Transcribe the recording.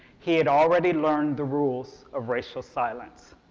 he'd already learned the rules of racial silence.